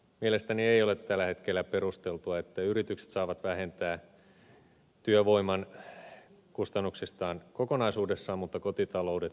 mielestäni ei ole tällä hetkellä perusteltua että yritykset saavat vähentää työvoiman kustannuksistaan kokonaisuudessaan mutta kotitaloudet eivät saa